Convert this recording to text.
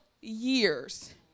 years